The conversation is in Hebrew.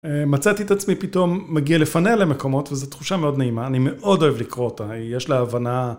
מצאתי את עצמי, פתאום מגיע לפניה למקומות, וזו תחושה מאוד נעימה, אני מאוד אוהב לקרוא אותה, היא, יש לה הבנה...